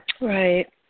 Right